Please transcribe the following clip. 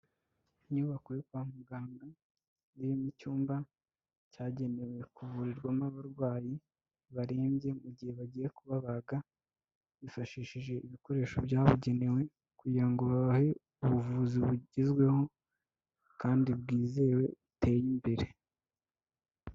Inyubako yo kwa muganga yemye icyumba cyagenewe kuvurirwamo abarwayi barembye mu gihe bagiye kubabaga, bifashishije ibikoresho byabugenewe kugira ngo bahe ubuvuzi bugezweho kandi bwizewe buteye imbere.